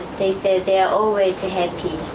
they are always ah happy.